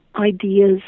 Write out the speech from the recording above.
ideas